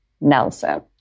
Nelson